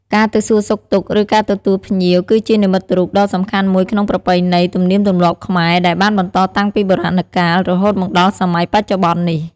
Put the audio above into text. ការទៅសួរសុខទុក្ខ ឬ ការទទួលភ្ញៀវគឺជានិមិត្តរូបដ៏សំខាន់មួយក្នុងប្រពៃណី ទំនៀមទម្លាប់ខ្មែរ ដែលបានបន្តតាំងពីបុរាណកាល រហូតមកដល់សម័យបច្ចុប្បន្ននេះ។